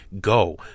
go